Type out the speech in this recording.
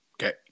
Okay